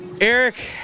Eric